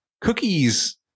cookies